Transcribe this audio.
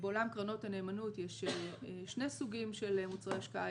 בעולם קרנות הנאמנות יש שני סוגים של מוצרי השקעה.